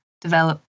develop